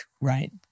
right